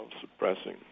suppressing